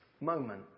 moment